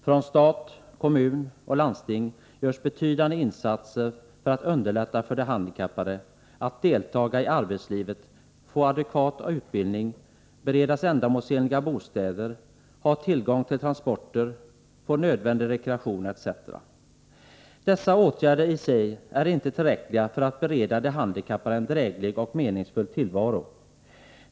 Från stat, kommun och landsting görs betydande insatser för att underlätta för de handikappade att delta i arbetslivet, få adekvat utbildning, beredas ändamålsenliga bostäder, ha tillgång till transporter, få nödvändig rekreation etc. Dessa åtgärder i sig är inte tillräckliga för att bereda de handikappade en dräglig och meningsfull tillvaro.